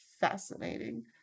fascinating